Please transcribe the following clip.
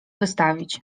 wystawić